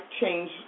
change